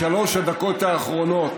בשלוש הדקות האחרונות,